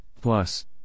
Plus